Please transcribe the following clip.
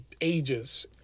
ages